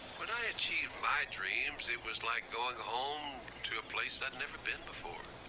when i achieved my dreams, it was like going home. to a place i'd never been before.